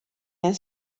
angen